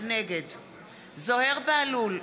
נגד זוהיר בהלול,